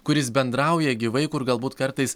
kuris bendrauja gyvai kur galbūt kartais